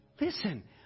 Listen